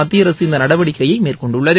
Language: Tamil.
மத்திய அரசு இந்த நடவடிக்கையை மேற்கொண்டுள்ளது